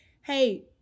hey